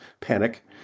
panic